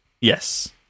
Yes